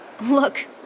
Look